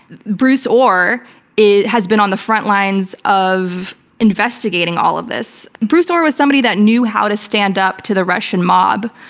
bruce ohr has been on the front lines of investigating all of this. bruce ohr was somebody that knew how to stand up to the russian mob,